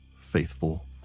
faithful